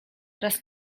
raz